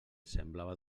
semblava